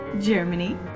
Germany